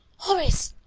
horace,